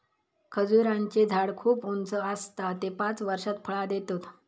खजूराचें झाड खूप उंच आसता ते पांच वर्षात फळां देतत